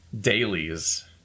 dailies